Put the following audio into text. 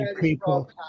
people